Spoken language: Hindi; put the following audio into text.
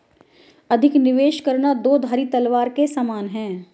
अधिक निवेश करना दो धारी तलवार के समान है